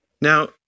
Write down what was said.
Now